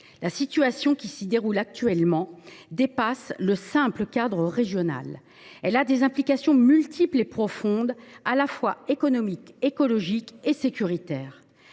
La situation qui s’y présente actuellement dépasse le simple cadre régional ; elle a des implications multiples et profondes, à la fois économiques, écologiques et sécuritaires.